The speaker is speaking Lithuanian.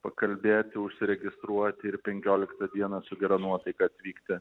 pakalbėti užsiregistruoti ir penkioliktą dieną su gera nuotaika atvykti